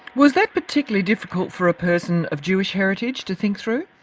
was that particularly difficult for a person of jewish heritage to think through?